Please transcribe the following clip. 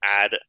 add